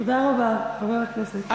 תודה רבה, חבר כנסת טיבי.